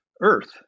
Earth